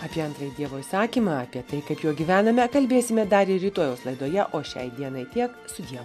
apie antrąjį dievo įsakymą apie tai kad juo gyvename kalbėsime dar ir rytojaus laidoje o šiai dienai tiek sudieu